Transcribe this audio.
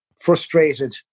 frustrated